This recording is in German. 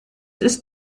ist